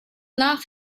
laugh